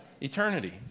eternity